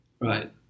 Right